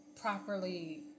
properly